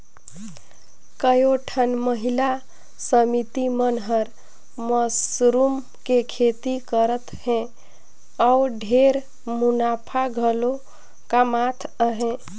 कयोठन महिला समिति मन हर मसरूम के खेती करत हें अउ ढेरे मुनाफा घलो कमात अहे